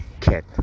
cat